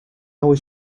was